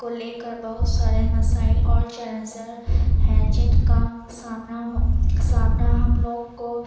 کو لے کر بہت سارے مسائل اور چیلنزر ہیں جن کا سامنا ہو سامنا ہم لوگ کو